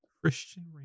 christian